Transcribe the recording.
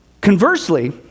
Conversely